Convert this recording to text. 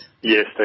Yes